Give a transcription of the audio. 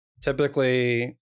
typically